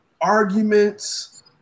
arguments